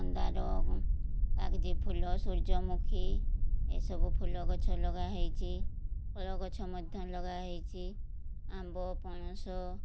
ମନ୍ଦାର କାଗେଜି ଫୁଲ ସୂର୍ଯ୍ୟମୁଖୀ ଏସବୁ ଫୁଲ ଗଛ ଲଗାହେଇଛି ଫଳ ଗଛ ମଧ୍ୟ ଲଗାହେଇଛି ଆମ୍ବ ପଣସ